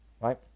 Right